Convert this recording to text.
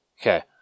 Okay